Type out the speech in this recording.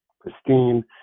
pristine